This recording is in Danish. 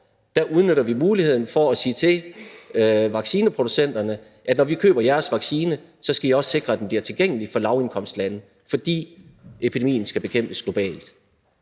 laver, udnytter muligheden for at sige til vaccineproducenterne: Når vi køber jeres vaccine, så skal I også sikre, at den bliver tilgængelig for lavindkomstlande, fordi epidemien skal bekæmpes globalt.